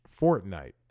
Fortnite